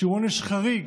שהוא עונש חריג,